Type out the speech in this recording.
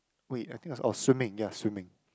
wait I think it was oh swimming ya swimming